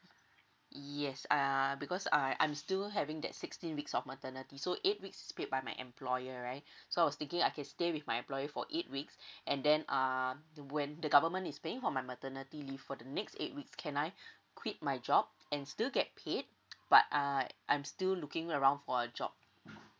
yes a'ah because uh I'm still having that sixteen weeks of maternity so eight weeks is paid by my employer right so I was thinking I can stay with my employer for eight weeks and then uh when the government is paying for my maternity leave for the next eight weeks can I quit my job and still get paid but uh I'm still looking around for a job